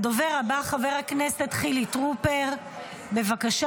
הדובר הבא, חבר הכנסת חילי טרופר, בבקשה.